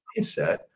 mindset